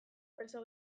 preso